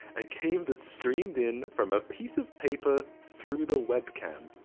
a game that streamed in from a piece of paper through the webcam.